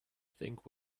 think